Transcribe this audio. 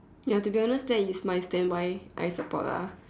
ya to be honest that is my stand why I support lah